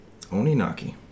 Oninaki